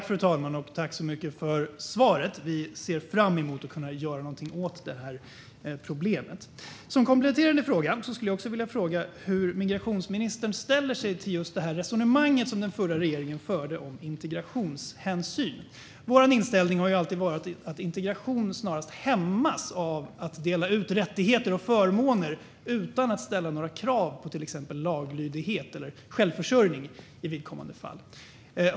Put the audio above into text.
Fru talman! Jag tackar så mycket för svaret. Vi ser fram emot att kunna göra någonting åt det här problemet. Som kompletterande fråga skulle jag också vilja fråga hur migrationsministern ställer sig till det resonemang som den förra regeringen förde om integrationshänsyn. Vår inställning har alltid varit att integration snarast hämmas av att man delar ut rättigheter och förmåner utan att ställa några krav på exempelvis laglydighet eller självförsörjning i vidkommande fall.